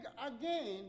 again